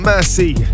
Mercy